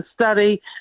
study